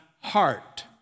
heart